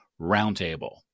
Roundtable